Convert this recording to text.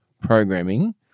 programming